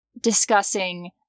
discussing